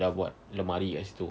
dah buat almari kat situ